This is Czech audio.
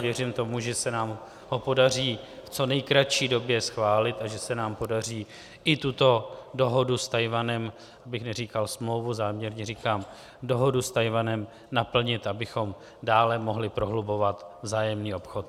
Věřím tomu, že se nám ho podaří v co nejkratší době schválit a že se nám podaří i tuto dohodu s Tchajwanem abych neříkal smlouvu, záměrně říkám dohodu s Tchajwanem naplnit, abychom dále mohli prohlubovat vzájemný obchod.